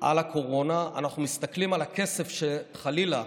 על הקורונה, אנחנו מסתכלים על הכסף שחלילה,